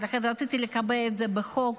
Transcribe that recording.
ולכן רציתי לקבע את זה בחוק,